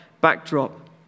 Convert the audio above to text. backdrop